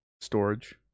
storage